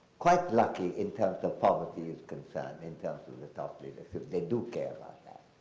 quite lucky in terms of poverty is concerned, in terms of the top leadership. they do care about that.